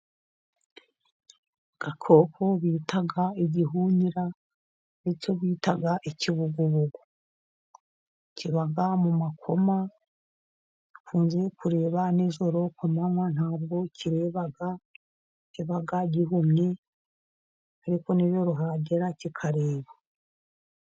Agakoko bita igihunyira nicyo bita ikibugubugu, kiba mu makoma, gikunze kureba nijoro, ku manywa ntabwo kireba, kiba gihumye ariko nijoro hagera kikareba.